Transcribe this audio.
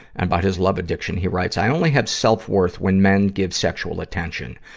about his love addiction, he writes, i only have self-worth when men give sexual attention.